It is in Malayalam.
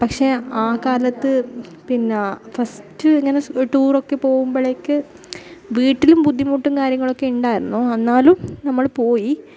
പക്ഷേ ആ കാലത്ത് പിന്നെ കെസ്റ്റ് ഇങ്ങനെ ടൂറൊക്കെ പോകുമ്പോഴേക്ക് വീട്ടിലും ബുദ്ധിമുട്ടും കാര്യങ്ങളും ഒക്കെ ഉണ്ടായിരുന്നു എന്നാലും നമ്മൾ പോയി